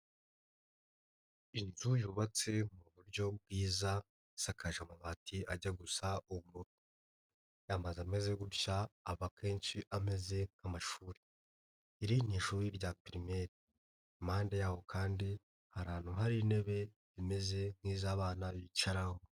Inzu yubatse mu buryo bwiza isakaje amabati ajya gusa ubururu, amazu ameze gutya aba akenshi ameze nk'amashuri, iri ni ishuri rya pirimeri impande y'aho kandi hari ahantu hari intebe zimeze nk'izo abana bicaraho.